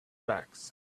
backs